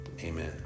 amen